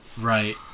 Right